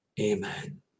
amen